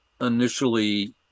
initially